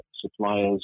suppliers